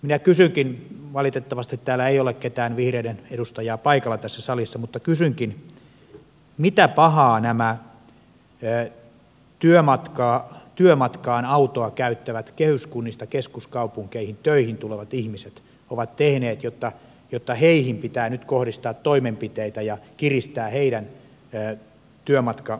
minä kysynkin valitettavasti tässä salissa ei ole ketään vihreiden edustajaa paikalla mitä pahaa nämä työmatkaan autoa käyttävät kehyskunnista keskuskaupunkeihin töihin tulevat ihmiset ovat tehneet jotta heihin pitää nyt kohdistaa toimenpiteitä ja kiristää heidän työmatkakulujaan